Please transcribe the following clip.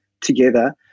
together